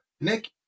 Nick